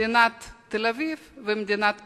מדינת תל-אביב ומדינת פריפריה.